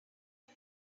had